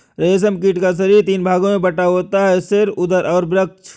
रेशम कीट का शरीर तीन भागों में बटा होता है सिर, उदर और वक्ष